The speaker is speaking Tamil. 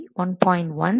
2 மற்றும் தொகுதி 1